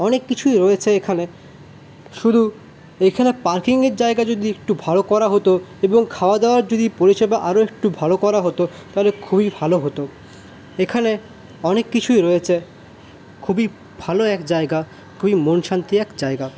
অনেক কিছুই রয়েছে এখানে শুধু এইখানে পার্কিংয়ের জায়গা যদি একটু ভালো করা হতো এবং খাওয়া দাওয়ার যদি পরিষেবা আরও একটু ভালো করা হতো তাহলে খুবই ভালো হতো এখানে অনেক কিছুই রয়েছে খুবই ভালো এক জায়গা খুবই মন শান্তির এক জায়গা